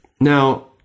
Now